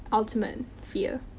ultimate fear.